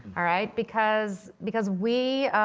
all right, because because we